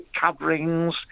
coverings